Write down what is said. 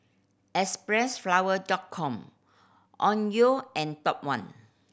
Xpressflower Dot Com Onkyo and Top One